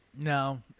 No